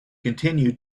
continue